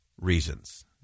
reasons